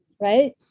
right